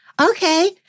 okay